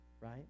right